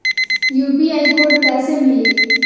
UPI code कैसे मिली?